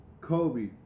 Kobe